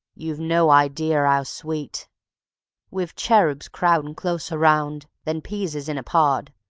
you've no ideer ow sweet wiv cheroobs crowdin' closer round than peas is in a pod,